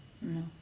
No